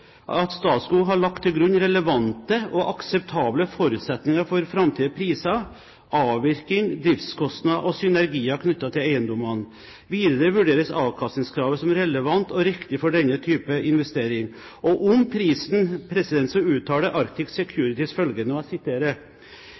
Statskog SF har lagt til grunn relevante og akseptable forutsetninger for framtidige priser, avvirkning, driftskostnader og synergier knyttet til eiendommene. Videre vurderes avkastningskravet som relevant og riktig for denne type investering. Og om prisen uttaler Arctic Securities følgende: «I sum er det vår vurdering at